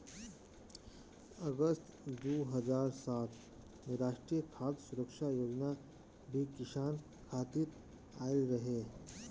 अगस्त दू हज़ार सात में राष्ट्रीय खाद्य सुरक्षा योजना भी किसान खातिर आइल रहे